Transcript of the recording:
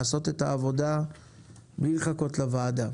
תעשו את העבודה בלי לחכות לוועדה.